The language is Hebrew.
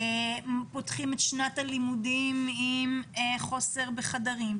פותחים את שנת הלימודים עם חוסר בחדרים,